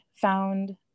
found